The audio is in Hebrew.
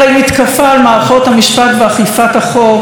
הרי מתקפה על מערכות המשפט ואכיפת החוק